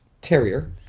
terrier